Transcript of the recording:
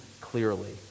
clearly